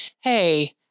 hey